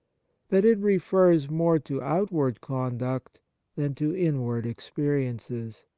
that it refers more to outward conduct than to inward experiences,